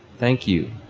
thank you.